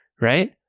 Right